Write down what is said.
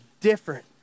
different